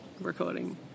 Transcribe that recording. recording